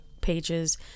pages